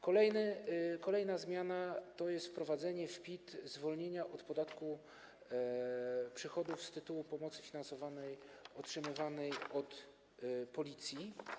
Kolejna zmiana to jest wprowadzenie w ustawie o PIT zwolnienia od podatku przychodów z tytułu pomocy finansowanej otrzymywanej od Policji.